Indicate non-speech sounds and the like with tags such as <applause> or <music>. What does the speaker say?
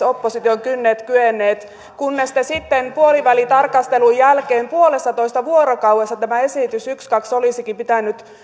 <unintelligible> opposition kynnet kyenneet kunnes sitten puolivälitarkastelun jälkeen puolessatoista vuorokaudessa tämän esityksen ykskaks olisikin pitänyt